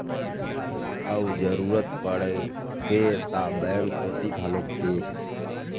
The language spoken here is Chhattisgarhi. अउ जरुरत पड़गे ता बेंक कोती घलोक देख